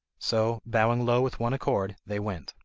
so, bowing low with one accord, they went